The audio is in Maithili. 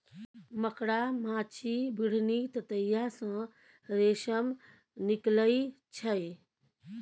मकड़ा, माछी, बिढ़नी, ततैया सँ रेशम निकलइ छै